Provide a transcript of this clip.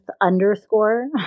underscore